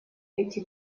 эти